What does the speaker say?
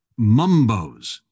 Mumbos